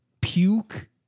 puke